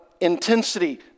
intensity